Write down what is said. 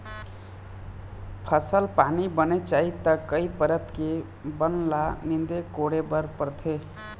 फसल पानी बने चाही त कई परत के बन ल नींदे कोड़े बर परथे